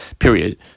Period